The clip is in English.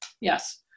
Yes